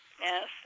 Yes